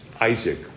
Isaac